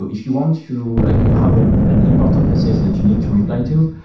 if you want to like you have ah an important message that you need to reply to,